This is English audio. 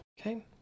Okay